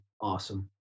awesome